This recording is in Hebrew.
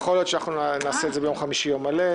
יכול להיות שנעשה ביום חמישי יום מלא,